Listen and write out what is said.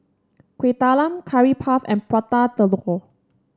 Kueh Talam Curry Puff and Prata Telur